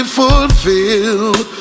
fulfilled